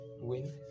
win